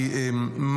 כי היא מטעה.